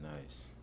nice